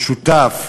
או שותף,